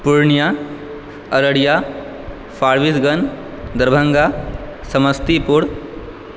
Purnia Araria Forbesganj Darbhanga Samastipur